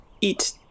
eat